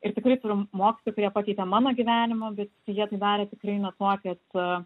ir tikrai turim mokytojų kurie pakeitė mano gyvenimą bet jie tai darė tikrai ne tokiais